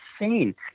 insane